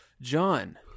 John